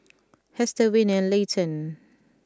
Hester Winnie and Layton